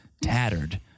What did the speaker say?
tattered